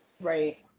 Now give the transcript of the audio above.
Right